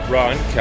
Ron